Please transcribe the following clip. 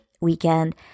weekend